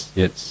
yes